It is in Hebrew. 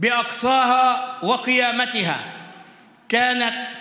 ועל אל-אקצא וכנסיית הקבר שבה הייתה